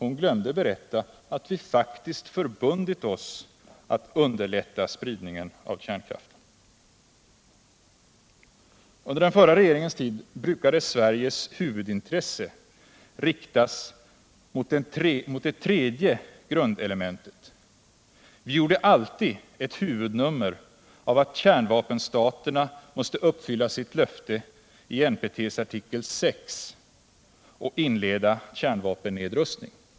Hon glömde berätta att vi faktiskt förbundit oss att underlätta spridningen av kärnkraften. Under den förra regeringens tid brukade Sveriges huvudintresse riktas mot det tredje grundelementet. Vi gjorde alltid ett huvudnummer av att kärnvapenstaterna måste uppfylla sitt löfte i NPT:s artikel VI och inleda kärnvapennedrustning.